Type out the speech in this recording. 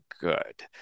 good